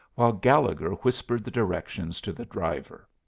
while gallegher whispered the directions to the driver.